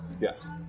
Yes